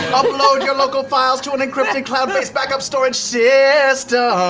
upload your local files to an encrypted cloud-based backup storage system,